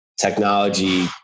technology